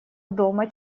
дома